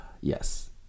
Yes